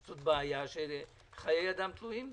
זו בעיה שחיי אדם תלויים בה,